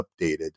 updated